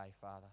Father